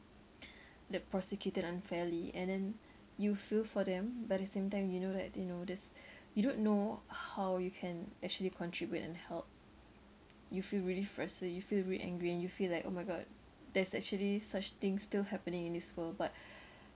they're prosecuted unfairly and then you feel for them but at the same time you know that you know there's you don't know how you can actually contribute and help you feel really frustrated you feel really angry and you feel like oh my god there's actually such things still happening in this world but